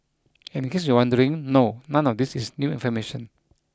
and in case you're wondering no none of these is new information